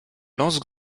lance